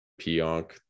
Pionk